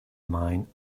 mine